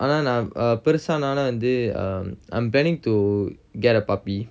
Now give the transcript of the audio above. ஆனா நா:aana na um பெருசா நாலாம் வந்து:perusa nalam vanthu I'm planning to get a puppy